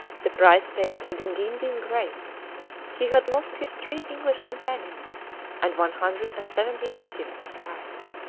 the price paid had indeed been great he had lost his three english companions and one hundred and seventy natives besides.